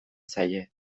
zaie